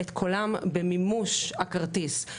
במימוש הכרטיס.